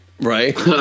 Right